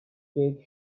cake